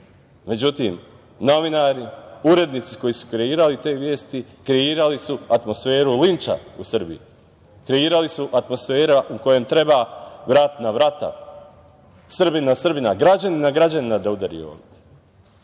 istina.Međutim, novinari, urednici koji su kreirali te vesti, kreirali su atmosferu linča u Srbiji, kreirali su atmosferu u kojoj treba brat na brata, Srbin na Srbina, građanin na građanina da udari ovde. Šta